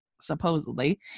supposedly